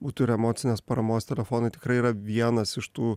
būtų ir emocinės paramos telefonai tikrai yra vienas iš tų